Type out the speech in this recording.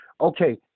okay